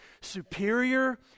Superior